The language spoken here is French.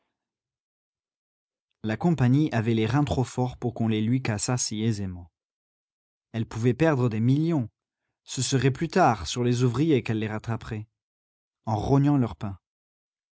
la compagnie avait les reins trop forts pour qu'on les lui cassât si aisément elle pouvait perdre des millions ce serait plus tard sur les ouvriers qu'elle les rattraperait en rognant leur pain